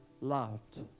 loved